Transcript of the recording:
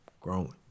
growing